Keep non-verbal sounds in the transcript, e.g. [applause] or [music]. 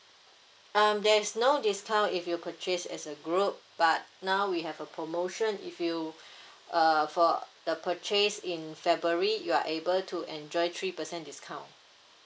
um there is no discount if you purchase as a group but now we have a promotion if you [breath] uh for the purchase in february you are able to enjoy three percent discount